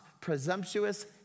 presumptuous